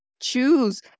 choose